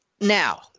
now